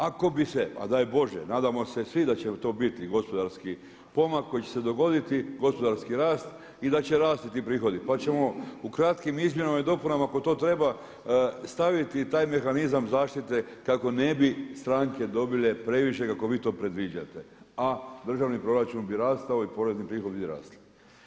Ako bi se, a daj Bože, nadamo se svi da će to biti i gospodarski pomak koji će se dogoditi, gospodarski rast i da će rasti ti prihodi pa ćemo u kratkim izmjenama i dopunama ako to treba staviti i taj mehanizam zaštite kako ne bi stranke dobile previše kako vi to predviđate, a državni proračun bi rastao i porezni prihod bi rastao.